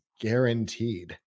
guaranteed